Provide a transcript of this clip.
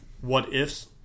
what-ifs